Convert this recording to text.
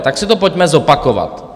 Tak si to pojďme zopakovat.